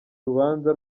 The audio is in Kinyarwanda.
urubanza